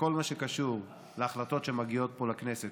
בכל מה שקשור להחלטות שמגיעות פה לכנסת